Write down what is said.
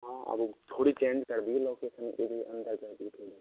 हाँ अभी थोड़ी चेंज कर दिए लोकेसन